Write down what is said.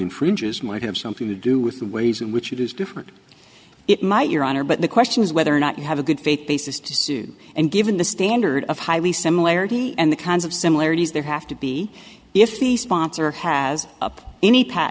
infringes might have something to do with the ways in which it is different it might your honor but the question is whether or not you have a good faith basis to suit and given the standard of highly similarity and the kinds of similarities there have to be if the sponsor has up any p